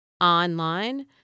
online